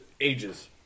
ages